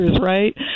right